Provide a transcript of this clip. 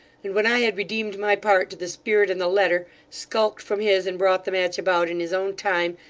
and when i had redeemed my part to the spirit and the letter, skulked from his, and brought the match about in his own time,